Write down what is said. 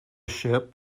ship